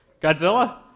Godzilla